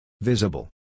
Visible